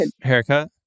haircut